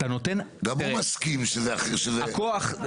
גם הוא מסכים שזה -- הכוח,